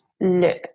look